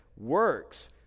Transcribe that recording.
works